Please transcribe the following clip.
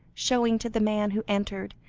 showing to the man who entered,